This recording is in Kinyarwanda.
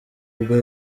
ubwo